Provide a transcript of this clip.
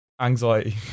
Anxiety